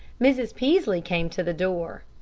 mrs. peaslee came to the door.